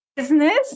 business